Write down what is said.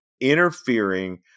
interfering